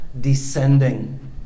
descending